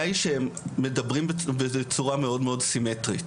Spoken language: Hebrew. היא שמדברים בצורה מאוד מאוד סימטרית.